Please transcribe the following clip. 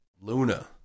Luna